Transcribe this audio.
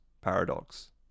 paradox